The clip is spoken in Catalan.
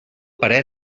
parer